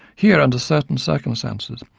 here, under certain circumstances,